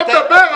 אתה מדבר?